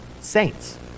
saints